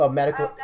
medical